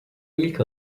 ilk